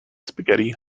spaghetti